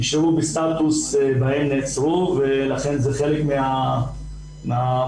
נשארו בסטטוס בהם נעצרו ולכן זה חלק מהמורכבות